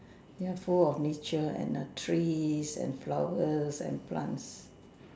ya full of nature and err trees and flowers and plants